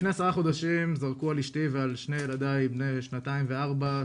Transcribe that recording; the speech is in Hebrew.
לפני עשרה חודשים זרקו על אשתי ועל שני ילדיי בני שנתיים וארבע,